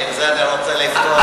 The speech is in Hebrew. כי עם זה אני רוצה לפתוח.